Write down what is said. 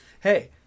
Hey